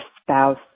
spouse